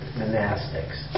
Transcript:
monastics